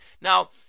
Now